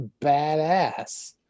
badass